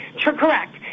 Correct